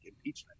impeachment